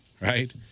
right